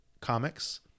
comics